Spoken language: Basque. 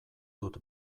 dut